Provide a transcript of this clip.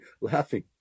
Laughing